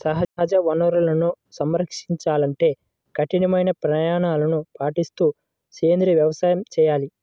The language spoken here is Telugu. సహజ వనరులను సంరక్షించాలంటే కఠినమైన ప్రమాణాలను పాటిస్తూ సేంద్రీయ వ్యవసాయం చేయాలి